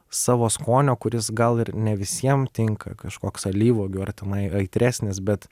savo skonio kuris gal ir ne visiem tinka kažkoks alyvuogių ar tenai aitresnis bet